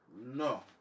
no